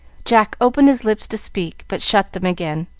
jack opened his lips to speak, but shut them again,